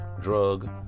drug